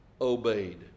obeyed